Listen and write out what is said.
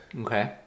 Okay